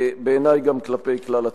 בעיני גם כלפי כלל הציבור.